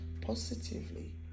positively